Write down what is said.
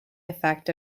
effect